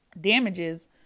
damages